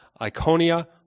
Iconia